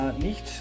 Nicht